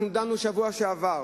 דנו בשבוע שעבר